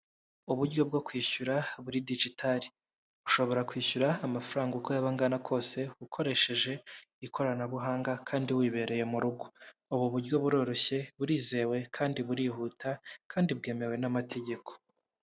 Uburyo bwo kwishyura buri digitari, ushobora kwishyura amafaranga uko yaba angana kose, ukoresheje ikoranabuhanga kandi wibereye mu rugo, ubu buryo buroroshye burizewe kandi burihuta, kandi bwemewe n'amategeko.